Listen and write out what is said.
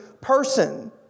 person